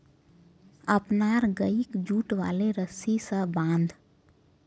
अपनार गइक जुट वाले रस्सी स बांध